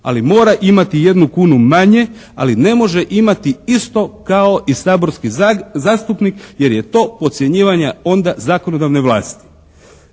ali mora imati jednu kunu manje, ali ne može imati isto kao i saborski zastupnik jer je to podcjenjivanje onda zakonodavne vlasti.